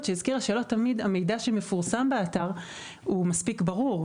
שהזכירה שלא תמיד המידע שמפורסם באתר הוא מספיק ברור,